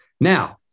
Now